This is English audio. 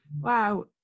wow